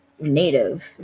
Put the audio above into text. native